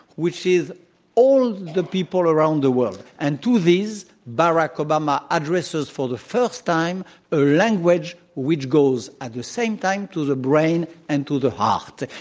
which is all the people around the world. and to these, barack obama addresses for the first time a language which goes at the same time to the brain and to the heart.